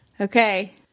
Okay